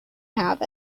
have